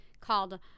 called